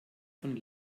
von